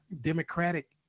democratic